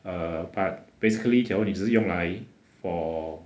err but basically 假如你只是用来 for